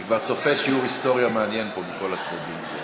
אני כבר צופה שיעור היסטוריה מעניין פה מכל הצדדים.